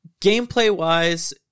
gameplay-wise